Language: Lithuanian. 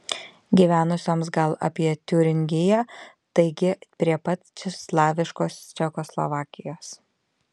gyvenusioms gal apie tiuringiją taigi prie pat slaviškos čekoslovakijos